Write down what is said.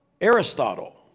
Aristotle